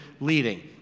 leading